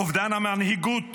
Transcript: אובדן המנהיגות